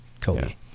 Kobe